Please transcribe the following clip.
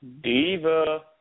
Diva